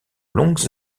longues